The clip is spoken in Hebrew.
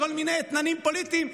לכל מיני אתננים פוליטיים,